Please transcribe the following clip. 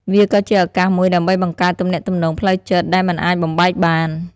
វាក៏ជាឱកាសមួយដើម្បីបង្កើតទំនាក់ទំនងផ្លូវចិត្តដែលមិនអាចបំបែកបាន។